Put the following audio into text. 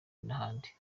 n’ahandi